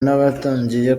n’abatangiye